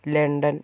London